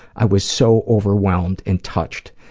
i was so overwhelmed and touched,